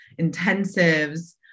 intensives